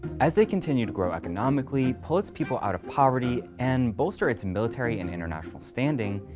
as they continue to grow economically, pull its people out of poverty, and bolster its military and international standing,